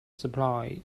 supply